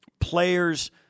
players